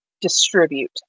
distribute